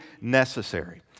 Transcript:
necessary